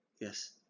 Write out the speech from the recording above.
Yes